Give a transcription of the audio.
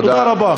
תודה רבה.